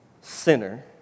sinner